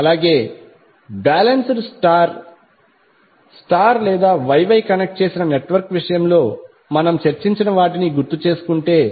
అలాగే balance star star లేదా Y Y connect చేసిన నెట్వర్క్ విషయంలో మనము చర్చించిన వాటిని గుర్తుచేసుకుంటే